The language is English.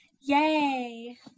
Yay